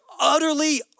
utterly